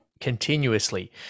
continuously